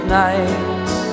nights